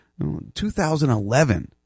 2011